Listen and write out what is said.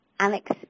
Alex